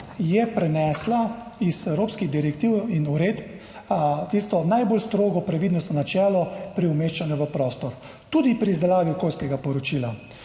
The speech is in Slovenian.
prenesla iz evropskih direktiv in uredb tisto najbolj strogo previdnostno načelo pri umeščanju v prostor, tudi pri izdelavi okoljskega poročila.